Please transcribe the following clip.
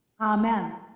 Amen